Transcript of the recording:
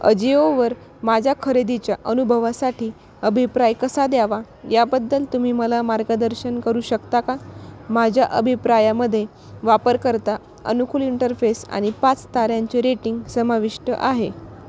अजिओवर माझ्या खरेदीच्या अनुभवासाठी अभिप्राय कसा द्यावा याबद्दल तुम्ही मला मार्गदर्शन करू शकता का माझ्या अभिप्रायामध्ये वापरकर्ता अनुकूल इंटरफेस आणि पाच ताऱ्यांचे रेटिंग समाविष्ट आहे